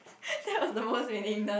that was the most meaningless